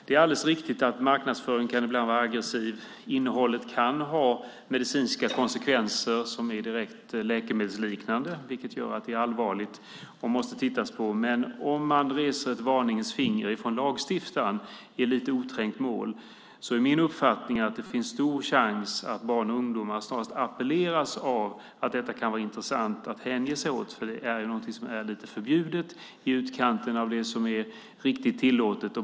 Det är alldeles riktigt att marknadsföringen ibland kan vara aggressiv. Innehållet kan ha medicinska konsekvenser som är direkt läkemedelsliknande, vilket gör att det är allvarligt och måste tittas på. Men om man reser ett varningens finger från lagstiftaren i oträngt mål är min uppfattning att det finns stor sannolikhet att barn och ungdomar snarast appelleras av detta och tycker att det kan vara intressant att hänge sig åt. Det är någonting som är lite förbjudet, i utkanten av det som är riktigt tillåtet.